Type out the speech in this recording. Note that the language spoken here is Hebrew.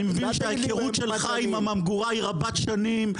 אני מבין שההיכרות שלך עם הממגורה היא רבת שנים,